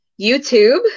YouTube